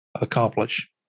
accomplish